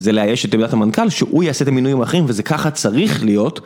זה לאייש את תמידת המנכ״ל שהוא יעשה את המינויים האחרים, וזה ככה צריך להיות.